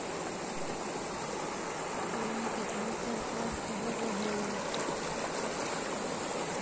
Loan केतना प्रकार के होव हइ?